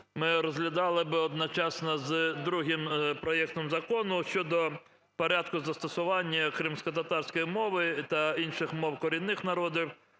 ми розглядали би одночасно з другим проектом Закону щодо порядку застосування кримськотатарської мови та інших мов корінних народів,